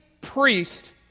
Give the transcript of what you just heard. priest